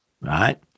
right